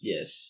Yes